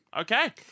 Okay